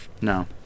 No